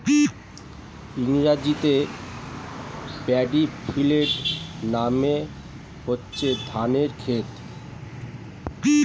ইংরেজিতে paddy field মানে হচ্ছে ধানের ক্ষেত